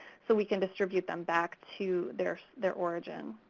so we can distribute them back to their their origin.